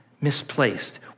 misplaced